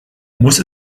muss